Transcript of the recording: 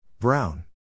Brown